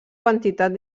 quantitat